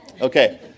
Okay